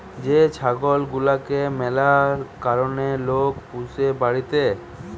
যে ছাগল গুলাকে ম্যালা কারণে লোক পুষে বাড়িতে